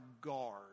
guard